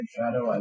shadow